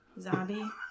zombie